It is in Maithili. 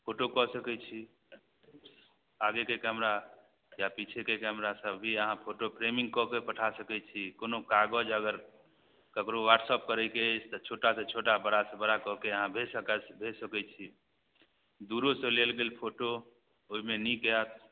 फोटो कऽ सकै छी आगेके कैमरा या पिछेके कैमरा सब भी अहाँ फोटो फ्रेमिन्ग कऽ के पठा सकै छी कोनो कागज अगर ककरो वॉट्सअप करैके अछि तऽ छोटासे छोटा बड़ासे बड़ा कऽ के अहाँ भेजि सक भेजि सकै छी दूरोसे लेल गेल फोटो ओहिमे नीक आएत